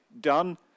done